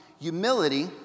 humility